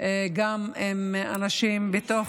גם עם אנשים בתוך,